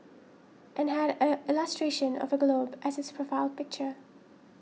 and had a illustration of a globe as its profile picture